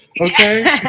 Okay